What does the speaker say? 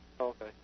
okay